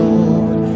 Lord